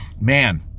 man